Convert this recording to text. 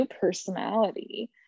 personality